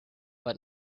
but